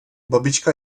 babička